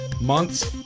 months